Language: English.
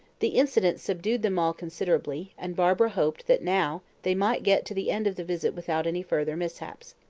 the incident subdued them all considerably, and barbara hoped that now they might get to the end of the visit without any further mishaps.